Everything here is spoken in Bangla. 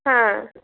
হ্যাঁ